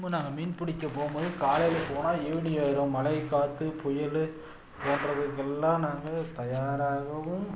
திரும்ப நாங்கள் மீன் பிடிக்க போகும்போது காலையில போனால் ஈவ்னிங் ஆயிரும் மழை காற்று புயல் போன்றவைகள்லாம் நாங்கள் தயாராகவும்